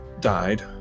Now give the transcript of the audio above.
died